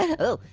oh,